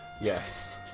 Yes